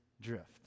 drift